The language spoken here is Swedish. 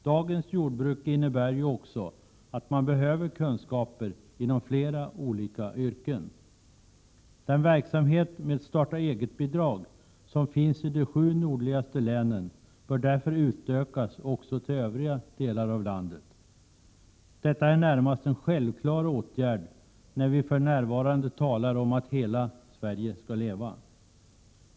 Dagens jordbruk innebär att man också behöver kunskaper inom flera olika yrken. Den verksamhet med starta-eget-bidrag som finns i de sju nordligaste länen bör därför utökas till också övriga delar av landet. Detta är närmast en självklar åtgärd när vi för närvarande i en kampanj talar om att hela Sverige skall leva.